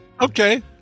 Okay